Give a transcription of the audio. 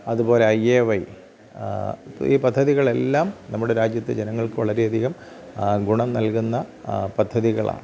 അതുപോലെ I A Y ഈ പദ്ധതികളെല്ലാം നമ്മുടെ രാജ്യത്തെ ജനങ്ങൾക്ക് വളരെയധികം ഗുണം നൽകുന്ന പദ്ധതികളാണ്